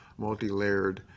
multilayered